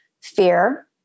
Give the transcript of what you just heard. fear